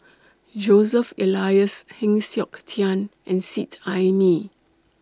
Joseph Elias Heng Siok Tian and Seet Ai Mee